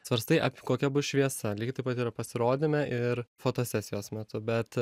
svarstai apie kokia bus šviesa lygiai taip pat yra pasirodome ir fotosesijos metu bet